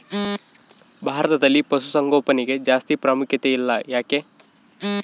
ಭಾರತದಲ್ಲಿ ಪಶುಸಾಂಗೋಪನೆಗೆ ಜಾಸ್ತಿ ಪ್ರಾಮುಖ್ಯತೆ ಇಲ್ಲ ಯಾಕೆ?